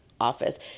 office